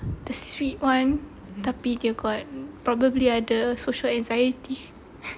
the sweet one tapi dia got probably dia ada social anxiety